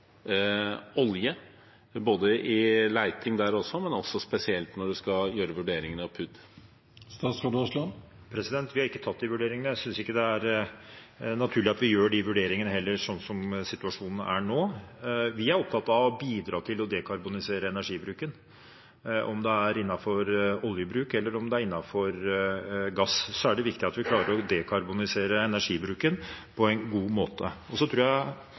spesielt når man skal gjøre vurderingene av PUD? Vi har ikke tatt de vurderingene. Jeg synes heller ikke det er naturlig at vi gjør de vurderingene sånn som situasjonen er nå. Vi er opptatt av å bidra til å dekarbonisere energibruken. Om det er innenfor oljebruk eller det er innenfor gass, er det viktig at vi klarer å dekarbonisere energibruken på en god måte. Jeg tror